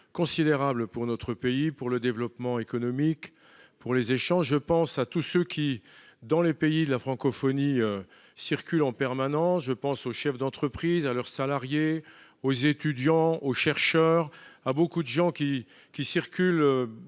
considérable pour notre pays, pour le développement économique, pour les échanges. Je pense à tous ceux qui, dans les pays de la francophonie, circulent en permanence. Je pense aux chefs d’entreprise, à leurs salariés, aux étudiants, aux chercheurs. Il faut le savoir, 88 pays sont